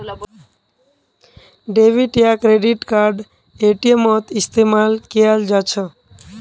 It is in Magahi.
डेबिट या क्रेडिट कार्ड एटीएमत इस्तेमाल कियाल जा छ